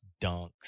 dunks